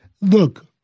Look